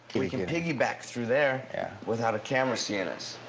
we can piggy back through there without a camera seeing us.